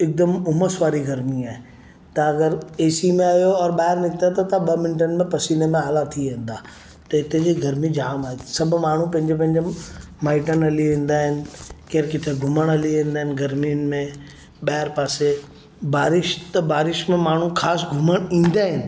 हिकदमि उमसि वारी गरमी आहे तव्हां अगरि ए सी में आयो और ॿाहिरि निकिता त तव्हां ॿ मिंटनि में पसीने में आला थी वेंदा त हिते जी गरमी जामु आहे सभु माण्हूं पंहिंजे पंहिंजे माइटनि हली वेंदा आहिनि केर किथे घुमणु हली वेंदा आहिनि गरमीनि में ॿाहिरि पासे बारिश त बारिश में माण्हूं ख़ासि घुमणु ईंदा आहिनि